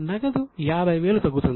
నగదు 50000 తగ్గుతుంది